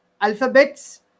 alphabets